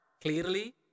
clearly